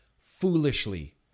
foolishly